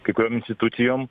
kai kur institucijom